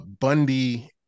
bundy